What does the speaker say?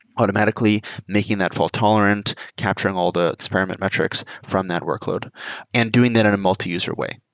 automatically making that fault-tolerant, capturing all the experiment metrics from that workload and doing that in a multiuser way.